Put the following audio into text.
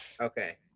Okay